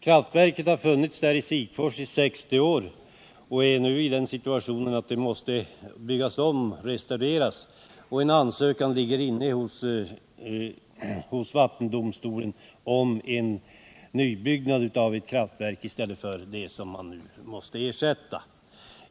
Kraftverket har funnits i Sigfors i 60 år och behöver nu restaureras. En ansökan ligger inne hos vattendomstolen om en nybyggnad av ett kraftverk i stället för återställande av det gamla.